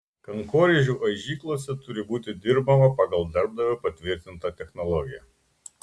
kankorėžių aižyklose turi būti dirbama pagal darbdavio patvirtintą technologiją